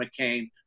McCain